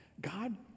God